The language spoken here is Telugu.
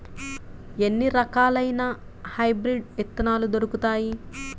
ఎన్ని రకాలయిన హైబ్రిడ్ విత్తనాలు దొరుకుతాయి?